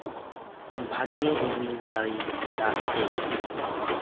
ᱵᱷᱟᱜᱮ ᱨᱤᱢᱤᱞ ᱡᱟᱹᱲᱤ ᱫᱟᱜ ᱛᱮ